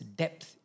depth